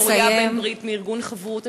את אוריה בן ברית מארגון "חברותא",